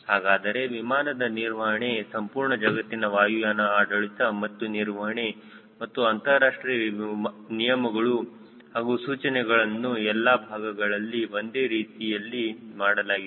ಹಾಗಾದರೆ ವಿಮಾನದ ಕಾರ್ಯನಿರ್ವಹಣೆ ಸಂಪೂರ್ಣ ಜಗತ್ತಿನ ವಾಯುಯಾನದ ಆಡಳಿತ ಮತ್ತು ನಿರ್ವಹಣೆ ಮತ್ತು ಅಂತರ್ರಾಷ್ಟ್ರೀಯ ನಿಯಮಗಳು ಹಾಗೂ ಸೂಚನೆಗಳನ್ನು ಎಲ್ಲಾ ಭಾಗಗಳಲ್ಲಿ ಒಂದೇ ರೀತಿಯಲ್ಲಿ ಮಾಡಲಾಗಿದೆ